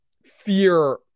fear